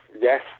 Yes